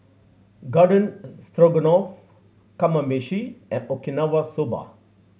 Garden Stroganoff Kamameshi and Okinawa Soba